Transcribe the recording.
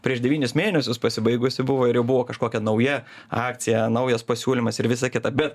prieš devynis mėnesius pasibaigusi buvo ir buvo kažkokia nauja akcija naujas pasiūlymas ir visa kita bet